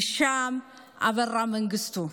הישאם, אברה מנגיסטו,